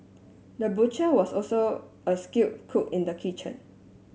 the butcher was also a skilled cook in the kitchen